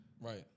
Right